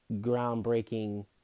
groundbreaking